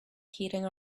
heating